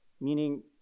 meaning